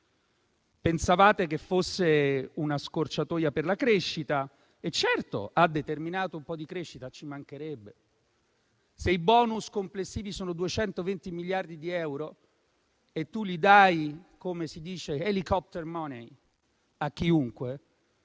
Pensavate che fosse una scorciatoia per la crescita e certo ha determinato un po' di crescita, ci mancherebbe: se i *bonus* complessivi sono 220 miliardi di euro e vengono dati sotto forma di *helicopter money*, cioè a chiunque,